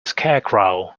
scarecrow